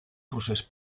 procés